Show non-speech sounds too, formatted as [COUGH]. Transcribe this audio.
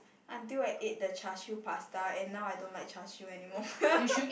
until I ate the Char-Siew pasta and now I don't like Char-Siew anymore [LAUGHS]